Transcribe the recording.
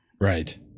right